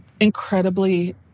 incredibly